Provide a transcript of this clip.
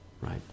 right